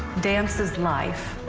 dance is life.